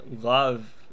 love